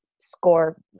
score